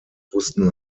wussten